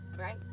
right